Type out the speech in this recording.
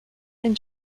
and